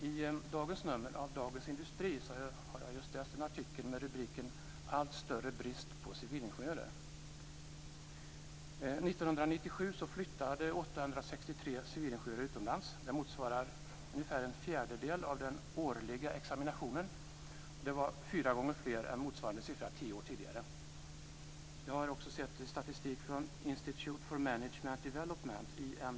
I dagens nummer av Dagens Industri har jag just läst en artikel med rubriken Allt större brist på civilingenjörer. 1997 flyttade 863 civilingenjörer utomlands. Det motsvarar ungefär en fjärdedel av den årliga examinationen. Det var fyra gånger fler än motsvarande siffra tio år tidigare. Jag har också sett statistik från IMD.